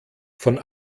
von